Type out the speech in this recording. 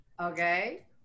Okay